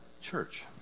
church